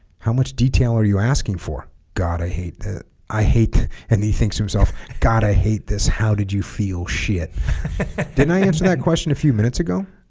how much detail are you asking for god i hate that i hate and he thinks himself god i hate this how did you feel shit didn't i answer that question a few minutes ago